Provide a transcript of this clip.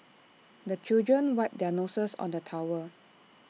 the children wipe their noses on the towel